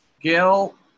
Gail